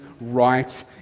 right